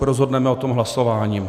Rozhodneme o tom hlasováním.